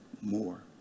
more